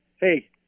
Hey